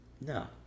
No